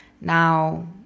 now